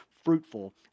fruitful